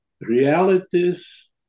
realities